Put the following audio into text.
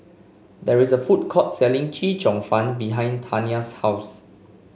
there is a food court selling Chee Cheong Fun behind Tania's house